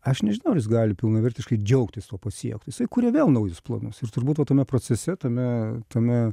aš nežinau ar jis gali pilnavertiškai džiaugtis tuo pasiektu jisai kuria vėl naujus planus ir turbūt va tame procese tame tame